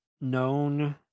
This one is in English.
known